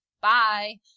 Bye